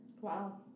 wow